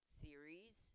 series